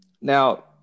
now